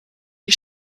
die